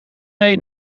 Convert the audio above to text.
mee